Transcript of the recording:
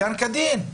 במקרה הזה ועדת החוקה,